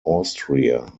austria